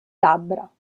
labbra